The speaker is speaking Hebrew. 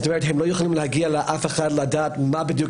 זאת אומרת הם לא יכולים להגיע לאף אחד לדעת מה בדיוק